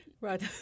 Right